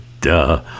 Duh